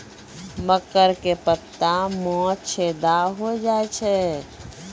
मकर के पत्ता मां छेदा हो जाए छै?